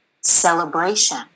celebration